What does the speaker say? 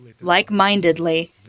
like-mindedly